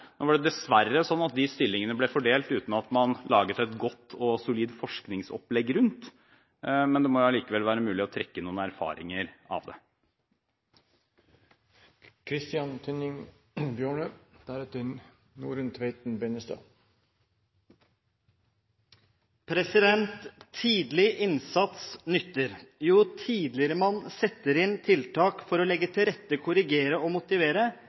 Nå ble det dessverre slik at disse stillingene ble fordelt uten at man laget et godt og solid forskningsopplegg rundt det, men det må likevel være mulig å trekke noen erfaringer av det. Tidlig innsats nytter. Jo tidligere man setter inn tiltak for å legge til rette, korrigere og motivere,